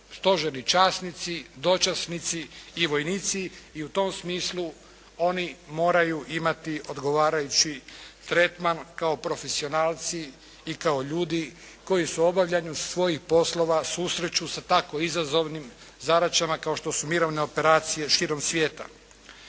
stožerni časnici, dočasnici i vojnici i u tom smislu oni moraju imati odgovarajući tretman kao profesionalci i kao ljudi koji su u obavljanju svojih poslova susreću sa tako izazovnim zadaćama kao što su mirovne operacije širom svijeta.